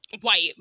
white